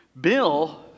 Bill